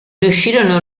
riuscirono